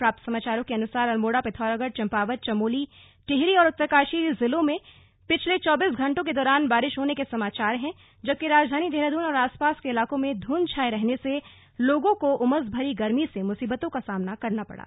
प्राप्त समाचारों के अनुसार अल्मोड़ा पिथौरागढ़ चम्पावत चमोली टिहरी ज़िलों में कल बारिश होने के समाचार हैजबकि राजधानी देहरादून और आसपास के इलाकों में ध्ंध छाए रहने से लोगों को उमस भरी गर्मी से मुसीबतों का सामना करना पड़ा